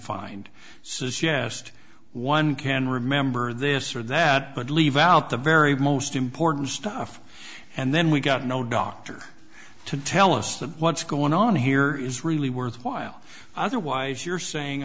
suggest one can remember this or that but leave out the very most important stuff and then we got no doctor to tell us that what's going on here is really worthwhile otherwise you're saying